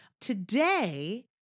today